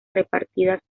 repartidas